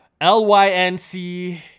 LYNC